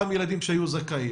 יום.